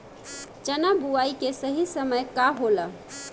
चना बुआई के सही समय का होला?